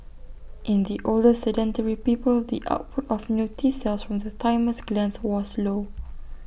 in the older sedentary people the output of new T cells from the thymus glands was low